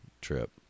trip